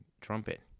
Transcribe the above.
trumpet